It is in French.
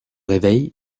réveil